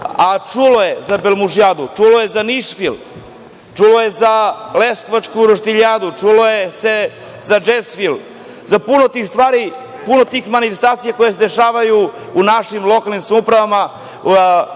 a čulo je za „Belmužijadu“, čulo je za „Nišvil“, čulo je za „Leskovačku roštiljijadu“, čulo za „Džezvil“, za puno tih stvari, puno tih manifestacija koje se dešavaju u našim lokalnim samoupravama